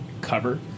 Cover